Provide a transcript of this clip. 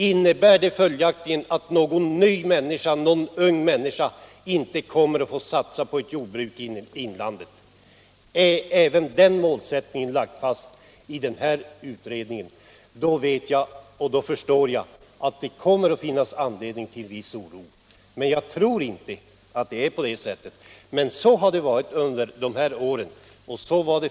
Innebär detta följaktligen att en ung människa inte kommer att få möjlighet att satsa på ett jordbruk i inlandet? hetsområde 50 Är den målsättningen fastlagd i denna utredning, då kommer det att finnas anledning till oro. Jag tror inte att det förhåller sig så, men så har det varit under de här åren.